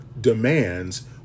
demands